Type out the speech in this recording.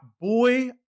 boy